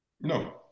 No